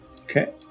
Okay